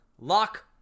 lock